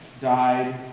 died